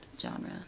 genre